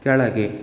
ಕೆಳಗೆ